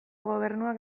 gobernuak